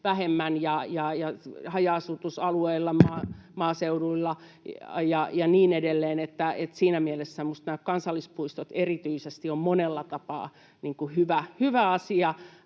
vähemmän: haja-asutusalueilla, maaseudulla ja niin edelleen. Siinä mielessä minusta erityisesti nämä kansallispuistot ovat monella tapaa hyvä asia